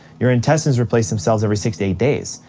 your intestines replace themselves every six to eight days.